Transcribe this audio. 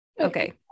Okay